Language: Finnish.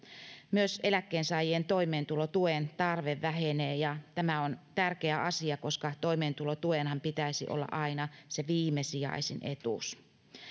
myös eläkkeensaajien toimeentulotuen tarve vähenee ja tämä on tärkeä asia koska toimeentulotuenhan pitäisi olla aina se viimesijaisin etuus